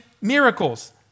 miracles